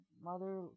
Mother